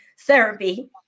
therapy